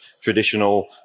traditional